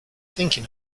thinking